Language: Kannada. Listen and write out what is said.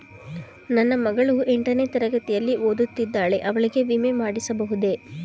ನನ್ನ ಮಗಳು ಎಂಟನೇ ತರಗತಿಯಲ್ಲಿ ಓದುತ್ತಿದ್ದಾಳೆ ಅವಳಿಗೆ ವಿಮೆ ಮಾಡಿಸಬಹುದೇ?